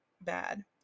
bad